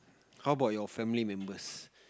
how about your family members